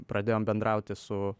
pradėjom bendrauti su